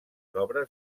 obres